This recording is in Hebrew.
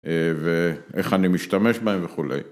ואיך אני משתמש בהם וכולי.